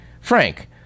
Frank